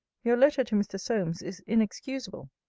your letter to mr. solmes is inexcusable.